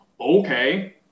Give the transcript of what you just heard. Okay